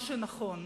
מה שנכון.